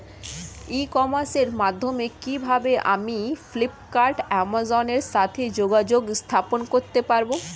ই কমার্সের মাধ্যমে কিভাবে আমি ফ্লিপকার্ট অ্যামাজন এর সাথে যোগাযোগ স্থাপন করতে পারব?